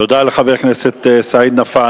תודה לחבר הכנסת סעיד נפאע.